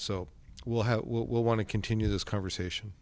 so will what will want to continue this conversation